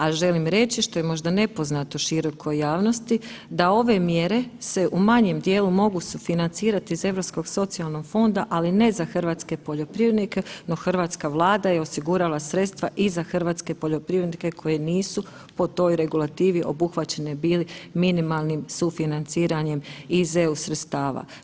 A želim reći što je možda nepoznato širokoj javnosti da ove mjere se u manjem dijelu mogu sufinancirati iz Europskog socijalnog fonda, ali ne za hrvatske poljoprivrednike, no hrvatska Vlada je osigurala sredstva i za hrvatske poljoprivrednike koji nisu po toj regulativi obuhvaćeni bili minimalnim sufinanciranjem iz EU sredstava.